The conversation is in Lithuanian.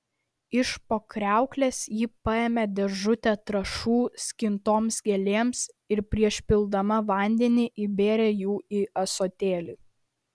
iš po kriauklės ji paėmė dėžutę trąšų skintoms gėlėms ir prieš pildama vandenį įbėrė jų į ąsotėlį